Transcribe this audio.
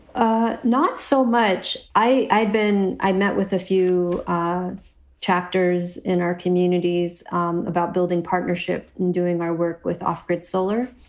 ah not so much. i i had been i met with a few chapters in our communities um about building partnership and doing my work with off grid solar.